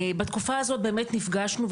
בתקופה הזו באמת נפגשנו,